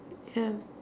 ya